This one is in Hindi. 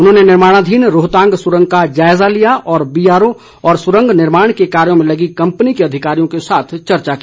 उन्होंने निर्माणाधीन रोहतांग सुरंग का जायजा लिया और बीआरओ और सुरंग निर्माण के कार्यो में लगी कम्पनी के अधिकारियों के साथ चर्चा की